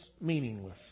meaningless